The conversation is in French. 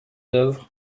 œuvres